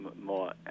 more